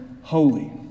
holy